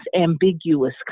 ambiguous